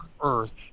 earth